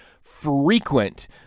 frequent